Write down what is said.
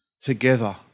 together